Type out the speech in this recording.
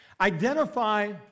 Identify